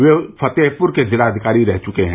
वे फतेहपुर के जिलाधिकारी रह चुके हैं